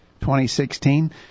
2016